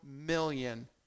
million